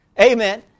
Amen